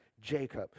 Jacob